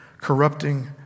corrupting